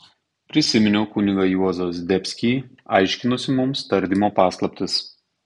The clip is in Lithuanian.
prisiminiau kunigą juozą zdebskį aiškinusį mums tardymo paslaptis